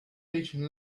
patient